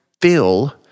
feel